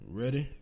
ready